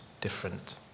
different